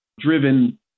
driven